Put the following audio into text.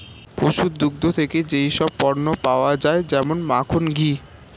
পশুর দুগ্ধ থেকে যেই সব পণ্য পাওয়া যায় যেমন মাখন, ঘি